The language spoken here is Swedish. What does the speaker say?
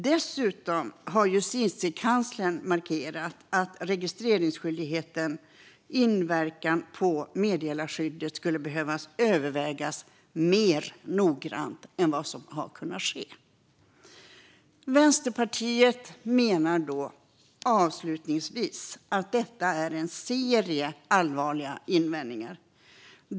Dessutom har Justitiekanslern markerat att registreringsskyldighetens inverkan på meddelarskyddet skulle behöva övervägas mer noggrant än vad som har kunnat ske. Vänsterpartiet menar avslutningsvis att detta är en serie allvarliga invändningar.